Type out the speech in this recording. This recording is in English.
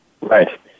Right